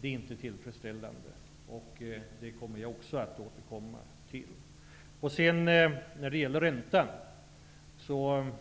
Det är inte tillfredsställande, och jag kommer att återkomma också i den frågan.